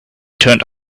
turned